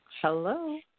Hello